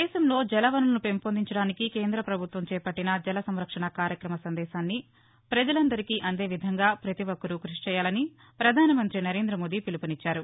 దేశంలో జలవనరులను పెంపొందించడానికి కేంద్రపభుత్వం చేపట్లిన జలసంరక్షణ కార్యక్రమ సందేశాన్ని ప్రజలందరికీ అందే విధంగా పతి ఒక్కరూ కృషి చేయాలని పధానమంతి సరేందమోదీ పిలుపునిచ్చారు